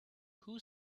who